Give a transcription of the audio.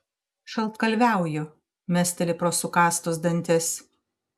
šaltkalviauju mesteli pro sukąstus dantis